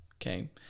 okay